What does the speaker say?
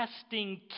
testing